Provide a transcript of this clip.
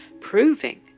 proving